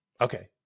Okay